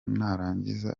narangiza